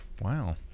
Wow